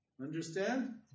Understand